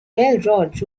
railroad